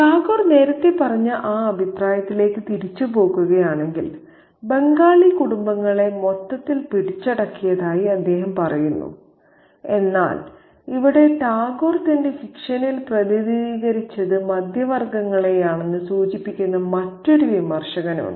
ടാഗോർ നേരത്തെ പറഞ്ഞ ആ അഭിപ്രായത്തിലേക്ക് തിരിച്ചുപോകുകയാണെങ്കിൽ ബംഗാളി കുടുംബങ്ങളെ മൊത്തത്തിൽ പിടിച്ചടക്കിയതായി അദ്ദേഹം പറയുന്നു എന്നാൽ ഇവിടെ ടാഗോർ തന്റെ ഫിക്ഷനിൽ പ്രതിനിധീകരിച്ചത് മധ്യവർഗങ്ങളെയാണെന്ന് സൂചിപ്പിക്കുന്ന മറ്റൊരു വിമർശകനുണ്ട്